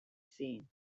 scene